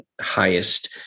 highest